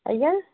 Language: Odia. ଆଜ୍ଞା